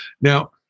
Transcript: Now